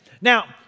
Now